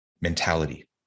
mentality